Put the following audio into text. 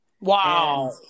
Wow